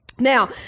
Now